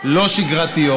לא שגרתיות.